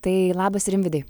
tai labas rimvydai